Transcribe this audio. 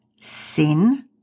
Sin